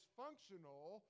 functional